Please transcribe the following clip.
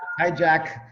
hi, jack,